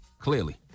Clearly